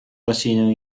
bacino